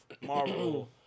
Marvel